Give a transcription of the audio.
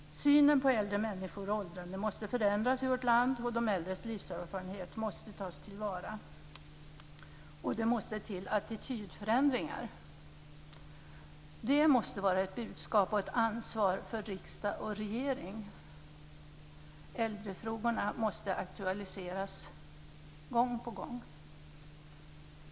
Synen på äldre människor och åldrande måste förändras i vårt land, och de äldres livserfarenhet måste tas till vara. Det måste till attitydförändringar. Det måste vara riksdagens och regeringens ansvar att föra ut detta budskap. Äldrefrågorna måste gång på gång aktualiseras.